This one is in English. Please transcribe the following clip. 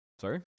Sorry